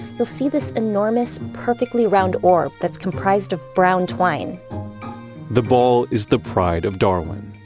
you'll see this enormous perfectly round orb that's comprised of brown twine the ball is the pride of darwin,